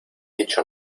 dicho